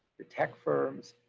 the tech firms,